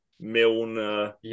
Milner